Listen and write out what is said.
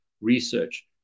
research